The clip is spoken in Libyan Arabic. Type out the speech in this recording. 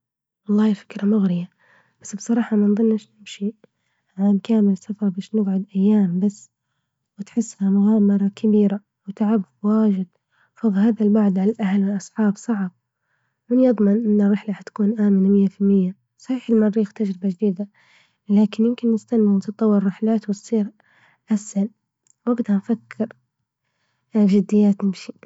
الله فكرة مغرية، بس بصراحة ما نظنش نمشي عام كامل سفر باش نقعد أيام، بس وتحس مغامرة كبيرة وتعب واجد، فوق هذا البعد على الأهل والأصحاب صعب، مين يضمن إن الرحلة حتكون آمنة مئة في المئة، صحيح المريخ تجربة جديدة، لكن يمكن نستنى من تطورالرحلات وتصير أسهل، وقتها فكر جديات نمشي.